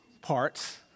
parts